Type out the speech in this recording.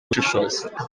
gushishoza